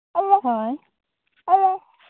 ᱦᱳᱭ